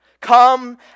Come